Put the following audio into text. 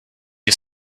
you